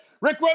Rick